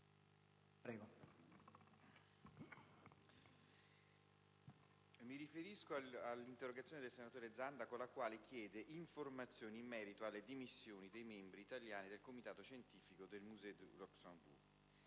Mi riferisco all'interrogazione del senatore Zanda con la quale chiede informazioni in merito alle dimissioni dei membri italiani del Comitato scientifico del Musée du Luxembourg.